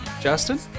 justin